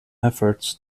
efforts